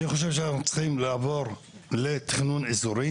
אני חושב שאנחנו צריכים לעבור לתכנון אזורי